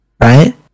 right